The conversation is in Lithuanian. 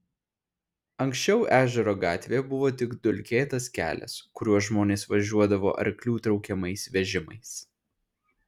anksčiau ežero gatvė buvo tik dulkėtas kelias kuriuo žmonės važiuodavo arklių traukiamais vežimais